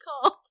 called